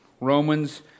Romans